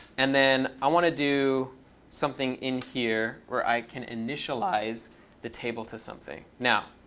and then i want to do something in here where i can initialize the table to something. now,